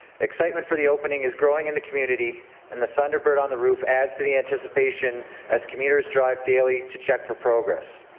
excitement for the opening is growing in the community and the thunderbird on the roof adds to the anticipation as commuters drive daily to check for progress.